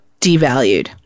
devalued